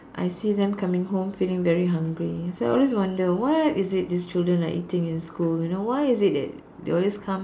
I see them coming home feeling very hungry so I always wonder what is it these children are eating in school you know why is it that they always come